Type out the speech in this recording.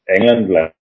England